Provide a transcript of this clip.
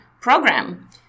program